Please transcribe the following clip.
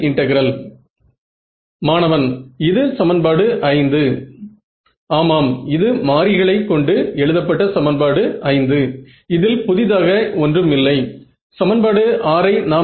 நீங்கள் இந்த N ஐ அதிகரிப்பீர்கள் என்றும் எடுத்துக்கொள்ளலாம்